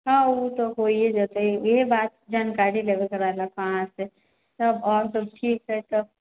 हँ ओ तऽ होइए जेते इएह बातके जानकारी लेबयके रहै अहाँसे तब आओरसब ठीक अछि तऽ